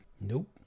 Nope